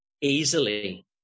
easily